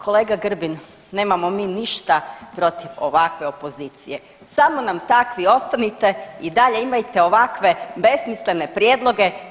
Kolega Grbin, nemamo mi ništa protiv ovakve opozicije, samo nam takvi ostanite i dalje imajte ovakve besmislene prijedloge.